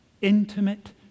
intimate